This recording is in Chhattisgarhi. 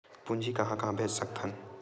पूंजी कहां कहा भेज सकथन?